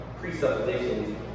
presuppositions